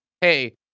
hey